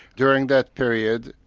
during that period,